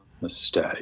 mistake